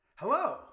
Hello